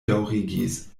daŭrigis